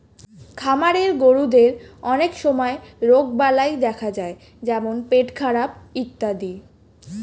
খামারের গরুদের অনেক সময় রোগবালাই দেখা যায় যেমন পেটখারাপ ইত্যাদি